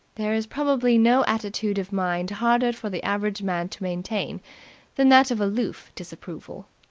there is probably no attitude of mind harder for the average man to maintain than that of aloof disapproval.